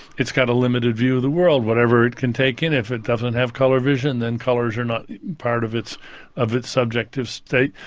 it's got a limited view of the world, whatever it can take in. if it doesn't have colour vision, then colours are not part of its of its subjective state.